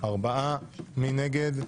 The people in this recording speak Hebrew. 4. מי נגד?